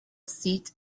seat